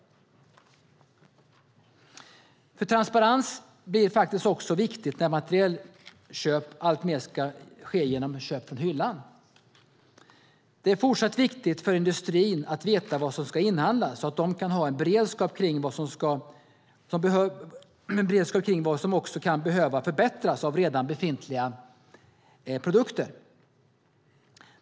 Transparens blir också viktigt när materielköp alltmer ska ske genom köp från hyllan. Det är fortsatt viktigt för industrin att veta vad som ska inhandlas, så att de kan ha en beredskap för vad som kan behöva förbättras av redan befintliga produkter.